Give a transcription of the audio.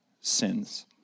sins